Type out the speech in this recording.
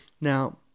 Now